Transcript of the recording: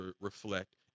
reflect